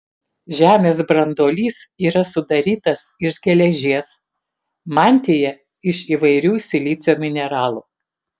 žemės branduolys yra sudarytas iš geležies mantija iš įvairių silicio mineralų